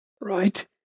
right